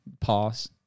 pause